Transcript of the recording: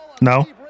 No